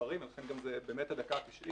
לכן זה באמת הדקה ה-90